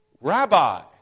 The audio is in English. Rabbi